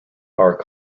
are